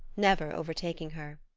never overtaking her.